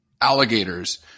alligators